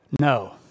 No